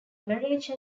marriage